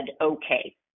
okay